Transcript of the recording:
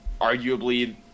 arguably